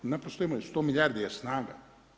Naprosto imaju, 100 milijardi je snaga.